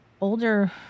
older